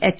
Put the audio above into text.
H